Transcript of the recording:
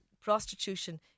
prostitution